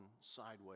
sideways